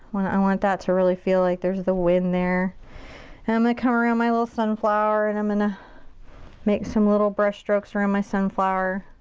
i want that to really feel like there's the wind there. and i'm gonna come around my little sunflower and i'm gonna make some little brush strokes around my sunflower.